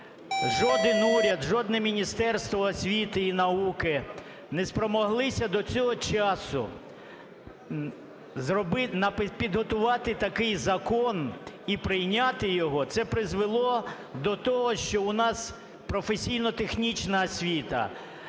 жоден уряд, жодне Міністерство освіти і науки не спромоглися до цього часу підготувати такий закон і прийняти його, це призвело до того, що у нас професійно-технічна освіта,